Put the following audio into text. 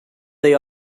they